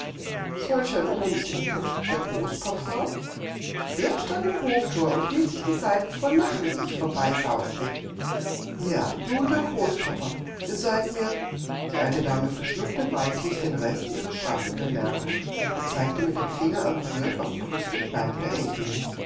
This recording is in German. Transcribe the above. solch ein unsinn und der großpapa der stand im hofthor und hielt sich die seiten vor lachen wie ich vorbeisauste ja du und der großpapa ihr seid mir die alte dame verschluckte weislich den rest ihrer scharfen bemerkung und zeigte mit dem finger empört auf brust und leib der enkelin